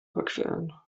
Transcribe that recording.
überqueren